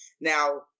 Now